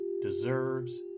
deserves